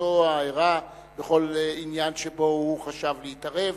השתתפותו הערה בכל עניין שבו הוא חשב להתערב.